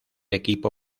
equipo